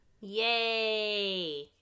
Yay